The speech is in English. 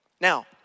Now